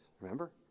remember